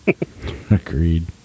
Agreed